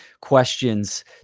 questions